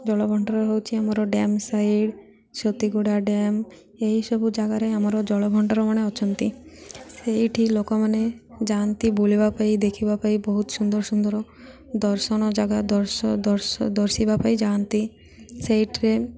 ଜଳଭଣ୍ଡାର ହେଉଛି ଆମର ଡ୍ୟାମ୍ ସାଇଡ଼୍ ସତିଗୁଡ଼ା ଡ୍ୟାମ୍ ଏହିସବୁ ଜାଗାରେ ଆମର ଜଳଭଣ୍ଡାରମାନେ ଅଛନ୍ତି ସେଇଠି ଲୋକମାନେ ଯାଆନ୍ତି ବୁଲିବା ପାଇଁ ଦେଖିବା ପାଇଁ ବହୁତ ସୁନ୍ଦର ସୁନ୍ଦର ଦର୍ଶନ ଜାଗା ଦର୍ଶିବା ପାଇଁ ଯାଆନ୍ତି ସେଇଥିରେ